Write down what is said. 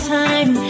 time